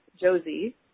Josie